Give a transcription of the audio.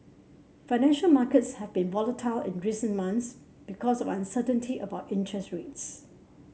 financial markets have been volatile in recent months because uncertainty about interest rates